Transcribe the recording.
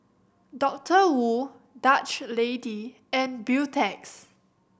Doctor Wu Dutch Lady and Beautex